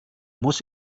muss